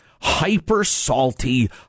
hyper-salty